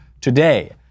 today